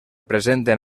presenten